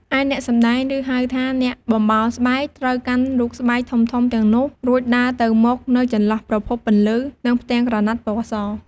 ឯអ្នកសម្តែង ឬហៅថា អ្នកបំបោលស្បែក ត្រូវកាន់រូបស្បែកធំៗទាំងនោះ រួចដើរទៅមកនៅចន្លោះប្រភពពន្លឺ និងផ្ទាំងក្រណាត់ពណ៌ស។